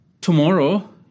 Tomorrow